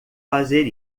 fazer